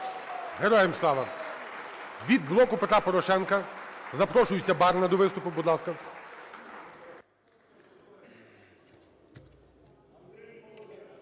Героям слава! Від "Блоку Петра Порошенка" запрошується Барна до виступу, будь ласка.